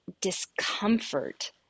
discomfort